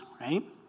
right